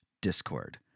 Discord